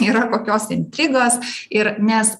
yra kokios intrigos ir nes